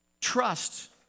Trust